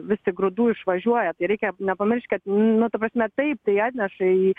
vis tik grūdų išvažiuoja tai reikia nepamiršt kad nu ta prasme taip tai atneša į